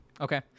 Okay